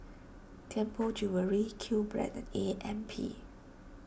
Tianpo Jewellery Qbread and A M P